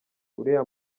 uriya